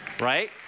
Right